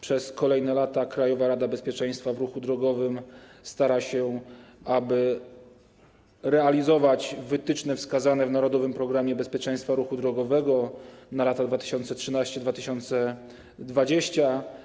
Przez kolejne lata Krajowa Rada Bezpieczeństwa Ruchu Drogowego stara się realizować wytyczne wskazane w „Narodowym programie bezpieczeństwa ruchu drogowego 2013-2020”